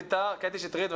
קטי שטרית.